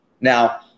now